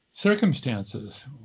circumstances